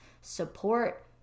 support